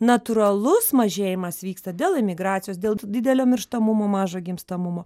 natūralus mažėjimas vyksta dėl emigracijos dėl didelio mirštamumo mažo gimstamumo